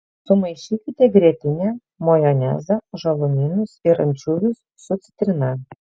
sumaišykite grietinę majonezą žalumynus ir ančiuvius su citrina